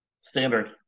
standard